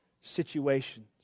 situations